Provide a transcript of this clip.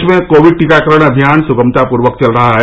देश में कोविड टीकाकरण अभियान स्गमतापूर्वक चल रहा है